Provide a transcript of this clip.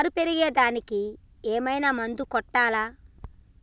నారు పెరిగే దానికి ఏదైనా మందు కొట్టాలా?